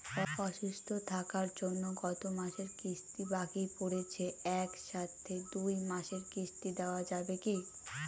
অসুস্থ থাকার জন্য গত মাসের কিস্তি বাকি পরেছে এক সাথে দুই মাসের কিস্তি দেওয়া যাবে কি?